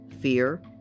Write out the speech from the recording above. fear